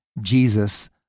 Jesus